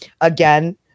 Again